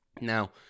Now